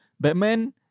Batman